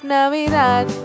Navidad